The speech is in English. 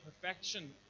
perfection